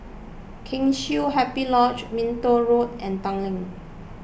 Kheng Chiu Happy Lodge Minto Road and Tanglin